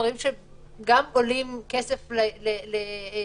שאלה דברים שגם עולים כסף לאנשים.